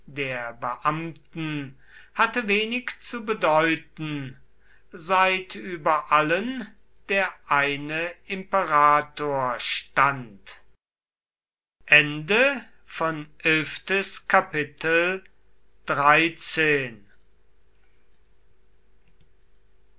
der beamten hatte wenig zu bedeuten seit über allen der eine imperator stand